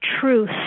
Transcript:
truth